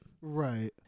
right